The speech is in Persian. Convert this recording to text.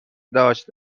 داشت